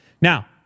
Now